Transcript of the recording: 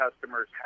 customers